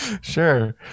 sure